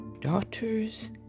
daughters